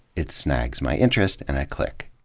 it snags my interest, and i click.